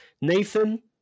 Nathan